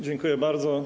Dziękuję bardzo.